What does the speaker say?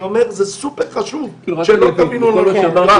זה סופר חשוב, שלא תבינו לא נכון.